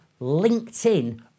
LinkedIn